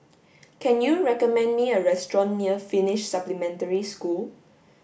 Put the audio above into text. can you recommend me a restaurant near Finnish Supplementary School